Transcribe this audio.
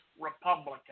Republican